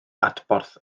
adborth